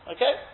Okay